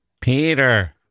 Peter